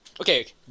Okay